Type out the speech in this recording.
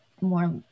more